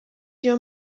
your